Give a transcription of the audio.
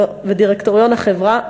ודירקטוריון החברה,